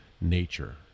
nature